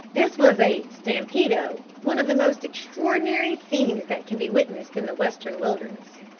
this was a stampedo, one of the most extraordinary scenes that can be witnessed in the western wilderness.